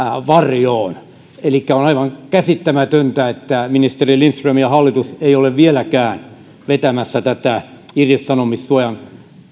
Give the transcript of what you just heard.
varjoon elikkä on aivan käsittämätöntä että ministeri lindström ja hallitus eivät ole vieläkään vetämässä pois tätä irtisanomissuojan